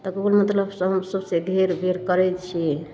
तकरे मतलबसँ हम सोँसे घेर बेर करै छी